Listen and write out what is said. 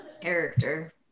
Character